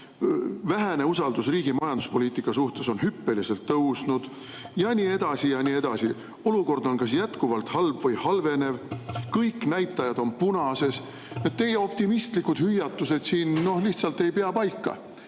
vähene usaldus riigi majanduspoliitika suhtes on hüppeliselt tõusnud, ja nii edasi ja nii edasi. Olukord on kas jätkuvalt halb või halvenev, kõik näitajad on punases. Teie optimistlikud hüüatused siin lihtsalt ei pea paika.